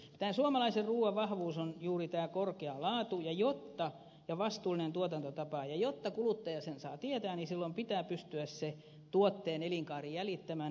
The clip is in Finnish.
tämän suomalaisen ruuan vahvuus on juuri korkea laatu ja vastuullinen tuotantotapa ja jotta kuluttaja sen saa tietää silloin pitää pystyä se tuotteen elinkaari jäljittämään